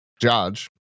judge